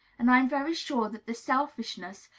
and i am very sure that the selfishness,